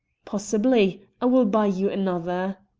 possibly. i will buy you another.